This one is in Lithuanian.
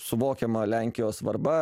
suvokiama lenkijos svarba